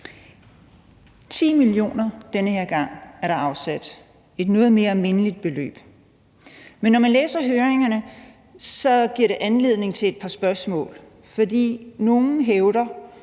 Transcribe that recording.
10 mio. kr. er der den her gang afsat – et noget mere mindeligt beløb. Men når man læser høringssvarene giver det anledning til et par spørgsmål, for nogle hævder,